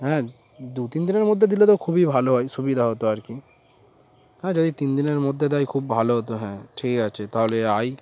হ্যাঁ দু তিন দিনের মধ্যে দিলে তো খুবই ভালো হয় সুবিধা হতো আর কি হ্যাঁ যদি তিন দিনের মধ্যে দেয় খুব ভালো হতো হ্যাঁ ঠিক আছে তাহলে আই